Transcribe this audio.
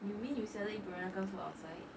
you mean you seldom peranakan food outside